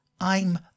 I'm